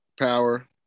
power